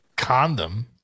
condom